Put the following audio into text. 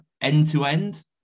end-to-end